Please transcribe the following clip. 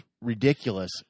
ridiculous